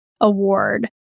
award